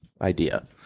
idea